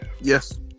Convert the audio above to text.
Yes